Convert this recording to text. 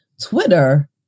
Twitter